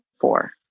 four